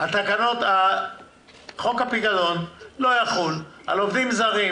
--- חוק הפיקדון לא יחול על עובדים זרים